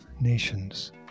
nations